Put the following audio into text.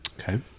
Okay